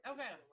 Okay